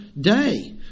day